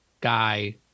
guy